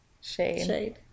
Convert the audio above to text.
shade